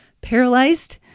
paralyzed